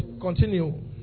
Continue